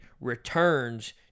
returns